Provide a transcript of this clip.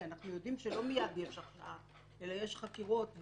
כי אנחנו יודעים שלא מיד יש הרשעה אלא יש חקירות,